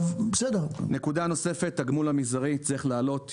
הנקודה הנוספת היא התגמול המזערי אותו צריך להעלות.